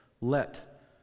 let